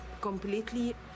completely